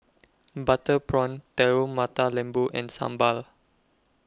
Butter Prawn Telur Mata Lembu and Sambal